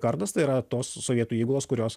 kardas tai yra tos sovietų įgulos kurios